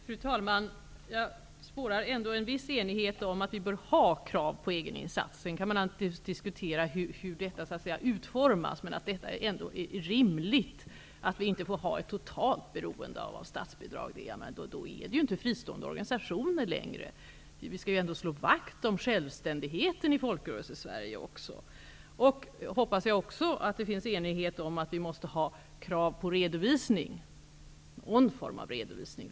Fru talman! Jag spårar en viss enighet om att vi bör ha krav på egeninsats. Man kan alltid diskutera hur det hela bör utformas. Det är emellertid rimligt att organisationerna inte är helt beroende av statsbidrag, annars är de ju inte längre fristående organisationer. Vi skall ju slå vakt om självständigheten i Folksrörelsesverige. Jag hoppas också på krav om någon form av redovisning.